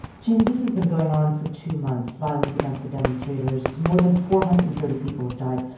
jane, this has been going on for two months violence against the demonstrators. more than four hundred and thirty people have died.